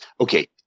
Okay